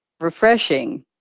refreshing